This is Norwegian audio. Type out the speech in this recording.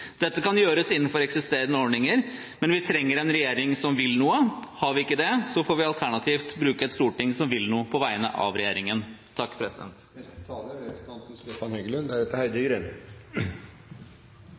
Dette kan gjøres innenfor eksisterende ordninger, men vi trenger en regjering som vil noe. Har vi ikke det, får vi alternativt bruke et storting som vil noe på vegne av regjeringen. Samarbeidspartiene på borgerlig side gjør det som er